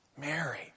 Mary